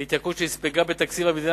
התייקרות שנספגה בתקציב המדינה.